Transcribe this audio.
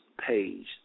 page